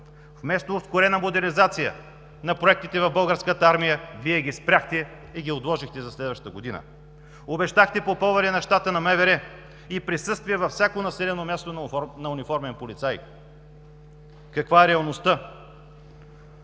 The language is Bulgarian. Вместо осигурена модернизация на проектите в Българската армия, Вие ги спряхте и ги отложихте за следващата година. Обещахте попълване на щата на МВР и присъствие във всяко населено място на униформен полицай. Каква е реалността?